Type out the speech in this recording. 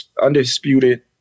undisputed